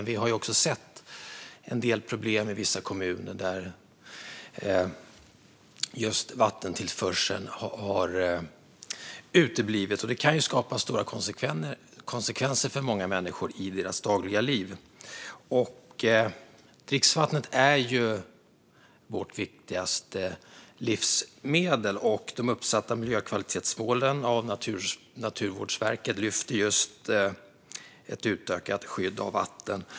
Vi har dock sett en del problem i vissa kommuner där just vattentillförseln har uteblivit, vilket kan få stora konsekvenser för många människor i deras dagliga liv. Dricksvattnet är vårt viktigaste livsmedel, och de av Naturvårdsverket uppsatta miljökvalitetsmålen lyfter just upp ett utökat skydd av vatten.